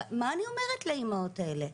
מה אני אומרת לאימהות האלה?